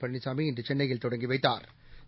பழனிசாமி இன்று சென்னையில் தொடங்கி வைத்தாா்